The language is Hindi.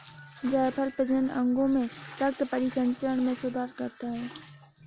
जायफल प्रजनन अंगों में रक्त परिसंचरण में सुधार करता है